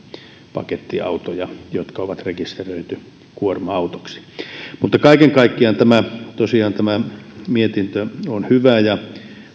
pakettiautoja jotka on rekisteröity kuorma autoiksi mutta kaiken kaikkiaan tosiaan tämä mietintö on hyvä ja